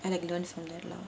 and I learn from them lah